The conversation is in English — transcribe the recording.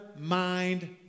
mind